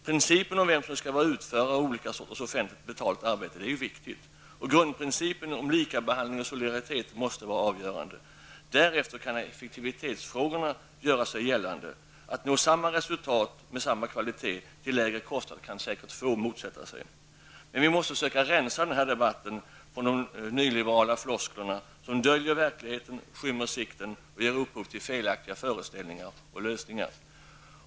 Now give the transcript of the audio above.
Principen om vem som skall utföra olika sorters offentligt betalt arbete är viktig. Grundprincipen om likabehandling och solidaritet måste vara avgörande. Därefter kan effektivitetsfrågorna göra sig gällande. Det är säkert få som motsätter sig detta med att nå samma resultat med samma kvalitet till en lägre kostnad. I den här debatten måste vi försöka rensa bort de nyliberala floskler som döljer verkligheten, som skymmer sikten och som ger upphov till felaktiga föreställningar och lösningar.